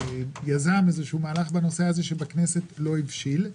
יזמו איזה שהוא מהלך בכנסת שלא הבשיל.